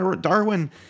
Darwin